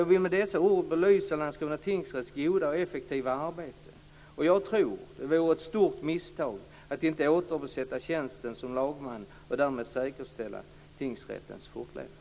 Jag vill med dessa ord belysa Landskrona tingsrätts goda och effektiva arbete. Jag tror att det vore ett stort misstag att inte återbesätta tjänsten som lagman och därmed säkerställa tingsrättens fortlevnad.